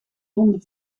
londen